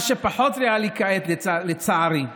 מה שפחות ריאלי כעת, לצערי,